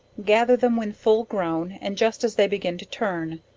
gather them when full grown, and just as they begin to turn,